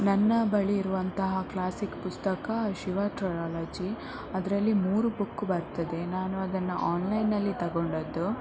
ನನ್ನ ಬಳಿ ಇರುವಂತಹ ಕ್ಲಾಸಿಕ್ ಪುಸ್ತಕ ಶಿವ ಟ್ರಯೊಲಜಿ ಅದರಲ್ಲಿ ಮೂರು ಬುಕ್ ಬರ್ತದೆ ನಾನು ಅದನ್ನು ಆನ್ಲೈನಲ್ಲಿ ತಗೊಂಡದ್ದು